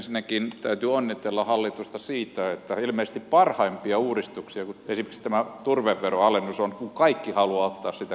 ensinnäkin täytyy onnitella hallitusta siitä että ilmeisesti parhaimpia uudistuksia esimerkiksi tämä turveveron alennus on kun kaikki haluavat ottaa siitä kunnian